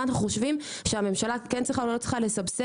מה הממשלה צריכה או לא צריכה לסבסד.